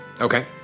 Okay